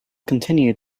continued